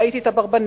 ראיתי את "אברבנאל",